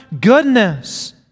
goodness